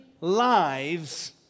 lives